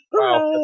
Wow